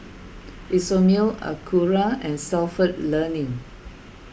Isomil Acura and Stalford Learning